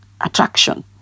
Attraction